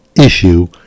issue